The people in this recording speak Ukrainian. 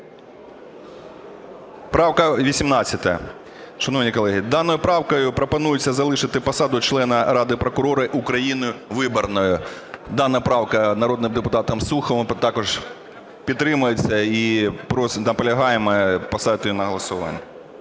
Правка 18. Шановні колеги, даною правкою пропонується залишити посаду члена Ради прокурорів України виборною. Дана правка народним депутатом Суховим також підтримується. І наполягаємо поставити її на голосування.